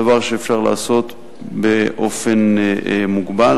זה דבר שאפשר לעשות באופן מוגבל.